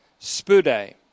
spude